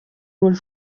роль